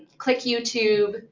click youtube.